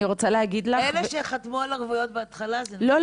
אני רוצה להגיד לך --- אלה שחתמו על ערבויות בהתחלה זה --- לא,